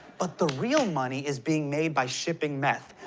but the real money is being made by shipping meth.